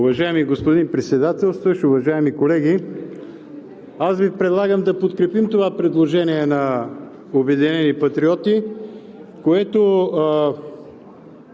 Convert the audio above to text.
Уважаеми господин Председател, уважаеми колеги! Аз Ви предлагам да подкрепим това предложение на „Обединени патриоти“, което